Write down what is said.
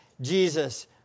Jesus